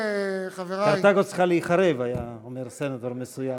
"קרתגו צריכה להיחרב", היה אומר סנטור מסוים.